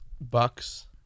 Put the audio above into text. Bucks